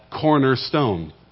cornerstone